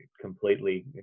completely